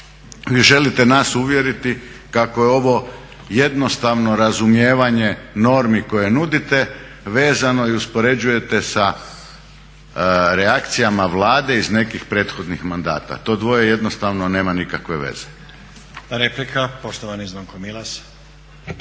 želite nas uvjeriti kako je ovo jednostavno razumijevanje normi koje nudite vezano i uspoređujete sa reakcijama Vlade iz nekih prethodnih mandata. To dvoje jednostavno nema nikakve veze.